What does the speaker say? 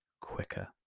quicker